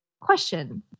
question